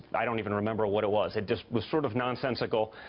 i don't even remember what it was. it just was sort of nonsensical,